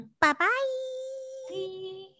Bye-bye